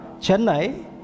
Chennai